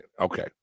Okay